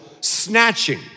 snatching